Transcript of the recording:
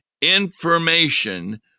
information